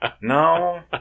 no